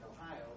Ohio